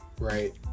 right